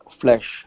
flesh